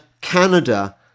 Canada